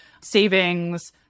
savings